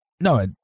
No